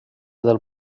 del